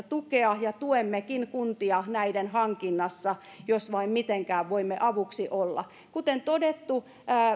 tukea ja tuemmekin kuntia näiden hankinnassa jos vain mitenkään voimme avuksi olla kuten todettu